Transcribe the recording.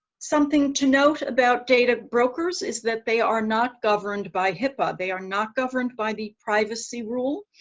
something to note about data brokers is that they are not governed by hipaa, they are not governed by the privacy rule,